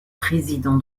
président